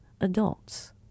adults